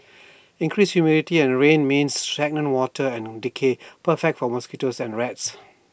increased humidity and rain means stagnant water and decay perfect for mosquitoes and rats